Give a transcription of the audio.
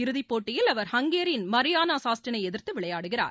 இறுதிப்போட்டியில் அவர் ஹங்கேரியின் மரியானா சாஸ்டினை எதிர்த்து விளையாடுகிறார்